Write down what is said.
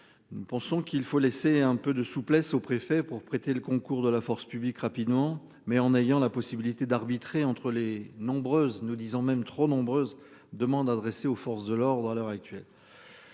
Nous pensons qu'il faut laisser un peu de souplesse aux préfets pour prêter le concours de la force publique rapidement mais en ayant la possibilité d'arbitrer entre les nombreuses nous disons même trop nombreuses demandes adressées aux forces de l'ordre à l'heure actuelle.